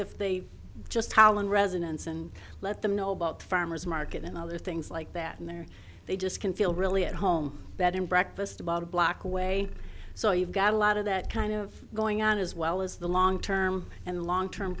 if they just how long residence and let them know about farmer's market and other things like that and they're they just can feel really at home bed and breakfast about a block away so you've got a lot of that kind of going on as well as the long term and long term